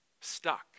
Stuck